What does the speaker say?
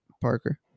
Parker